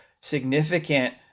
significant